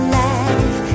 life